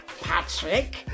Patrick